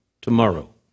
tomorrow